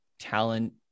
talent